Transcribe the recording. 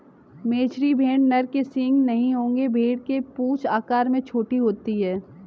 मेचेरी भेड़ नर के सींग नहीं होंगे भेड़ की पूंछ आकार में छोटी होती है